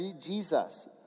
Jesus